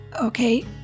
okay